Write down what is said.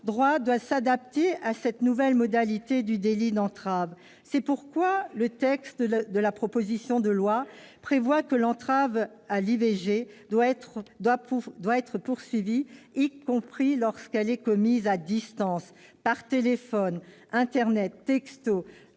doit s'adapter à cette nouvelle modalité du délit d'entrave. C'est pourquoi cette proposition de loi prévoit que l'entrave à l'IVG doit être poursuivie y compris lorsqu'elle est commise à distance, par téléphone, internet ou textos,